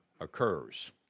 occurs